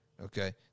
okay